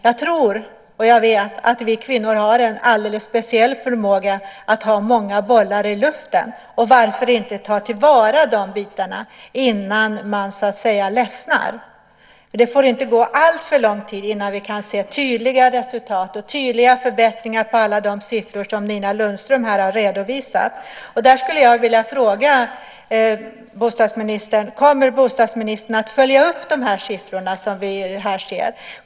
Jag tror, och jag vet, att vi kvinnor har en alldeles speciell förmåga att ha många bollar i luften. Varför inte ta till vara de bitarna innan man så att säga ledsnar? Det får inte gå alltför lång tid innan vi kan se tydliga resultat och tydliga förbättringar i fråga om alla de siffror som Nina Lundström här har redovisat. Där skulle jag vilja ställa en fråga till bostadsministern. Kommer bostadsministern att följa upp de siffror som vi ser här?